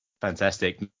Fantastic